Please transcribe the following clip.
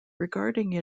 regarding